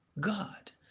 God